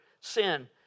sin